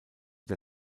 der